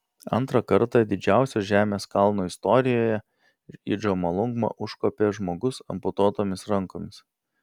antrą kartą didžiausios žemės kalno istorijoje į džomolungmą užkopė žmogus amputuotomis rankomis